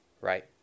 right